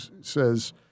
says